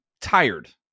tired